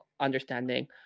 understanding